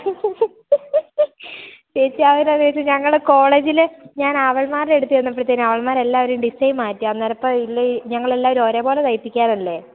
ചേച്ചി അത് എന്താണെന്നു വച്ചാൽ ഞങ്ങൾ കോളേജിൽ ഞാൻ അവളുമാരുടെ അടുത്ത് ചെന്നപ്പോഴത്തെക്കും അവളുമാർ എല്ലാവരും ഡിസൈൻ മാറ്റി അന്നേരത്തെ ഇതിൽ ഞങ്ങൾ എല്ലാവരും ഒരേപോലെ തയ്പ്പിക്കാറല്ലേ